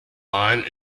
line